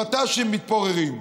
המט"שים מתפוררים,